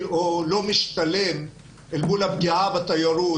או לא משתלם אל מול הפגיעה בתיירות,